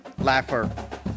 Laffer